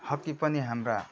hockey पनि हाम्रा